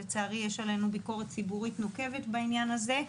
לצערי, יש עלינו ביקורת ציבורית נוקבת בעניין הזה.